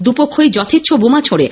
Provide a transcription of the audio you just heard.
দুপক্ষই যথেচ্ছ বোমা ছোঁড়ে